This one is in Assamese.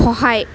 সহায়